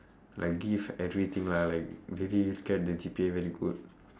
like give everything lah like really get the G_P_A very good